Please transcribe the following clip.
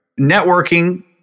Networking